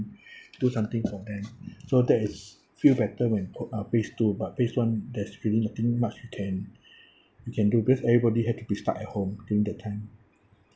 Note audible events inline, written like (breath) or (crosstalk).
(breath) do something for them so that is feel better when uh uh phase two but phase one there's really nothing much we can (breath) we can do because everybody had to be stuck at home during that time